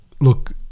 look